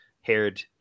haired